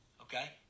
Okay